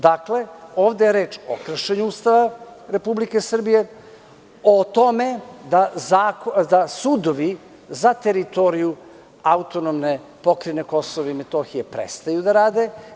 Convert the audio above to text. Dakle, ovde je reč o kršenju Ustava Republike Srbije, o tome da sudovi za teritoriju AP Kosova i Metohije prestaju da rade.